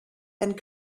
and